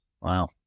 Wow